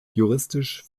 juristisch